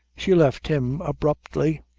she left him abruptly,